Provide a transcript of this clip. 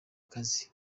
kazi